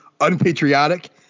unpatriotic